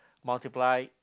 multiply